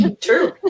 True